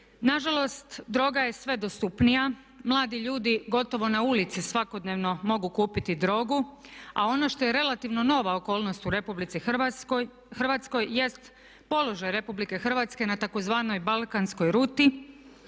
Nažalost, droga je sve dostupnija. Mladi ljudi gotovo na ulici svakodnevno mogu kupiti drogu, a ono što je relativno nova okolnost u RH jest položaj RH na tzv. balkanskoj ruti.